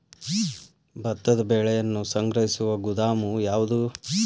ಭತ್ತದ ಬೆಳೆಯನ್ನು ಸಂಗ್ರಹಿಸುವ ಗೋದಾಮು ಯಾವದು?